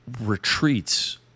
Retreats